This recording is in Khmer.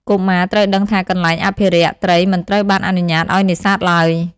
កុមារត្រូវដឹងថា កន្លែងអភិរក្ស ត្រីមិនត្រូវបានអនុញ្ញាតឱ្យនេសាទឡើយ។